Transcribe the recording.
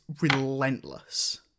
relentless